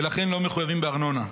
ולכן לא מחויבים בארנונה.